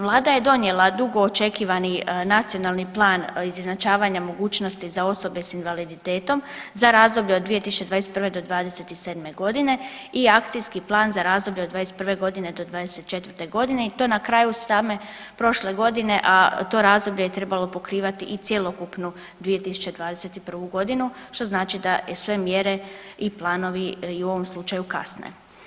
Vlada je donijela dugo očekivani Nacionalni plan izjednačavanja mogućnosti za osobe sa invaliditetom za razdoblje od 2021. do 2027. godine i Akcijski plan za razdoblje od 2021. godine do 2024. godine i to na kraju same prošle godine, a to razdoblje je trebalo pokrivati i cjelokupnu 2021. godinu što znači da i sve mjere i planovi i u ovom slučaju kasne.